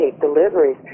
deliveries